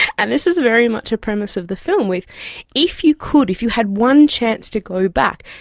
and this is very much a premise of the film with if you could, if you had one chance to go back,